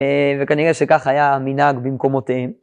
וכנראה שככה היה המנהג במקומותיהם.